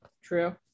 true